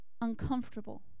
uncomfortable